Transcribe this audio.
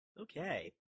okay